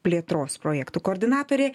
plėtros projektų koordinatorė